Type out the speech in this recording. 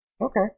Okay